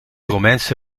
romeinse